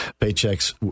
Paychecks